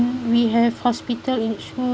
we have hospital insurance